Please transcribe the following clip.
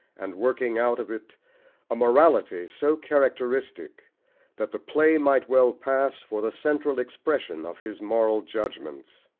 and working out of it a morality so characteristic that the play might well pass for the central expression of his moral judgments.